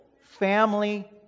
family